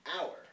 hour